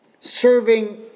serving